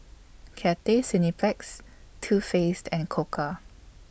Cathay Cineplex Too Faced and Koka